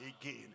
again